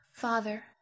Father